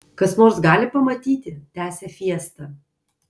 kas nors gali pamatyti tęsė fiesta